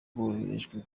bwakoreshejwe